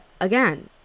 again